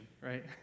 right